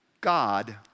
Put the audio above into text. God